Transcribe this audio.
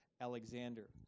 Alexander